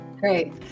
Great